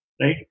right